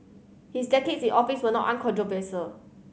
his decades in office were not uncontroversial